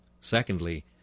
Secondly